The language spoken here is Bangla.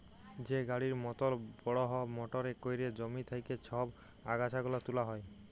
যে গাড়ির মতল বড়হ মটরে ক্যইরে জমি থ্যাইকে ছব আগাছা গুলা তুলা হ্যয়